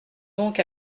donc